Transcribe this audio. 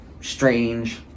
strange